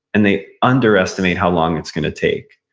and they under estimate how long it's going to take.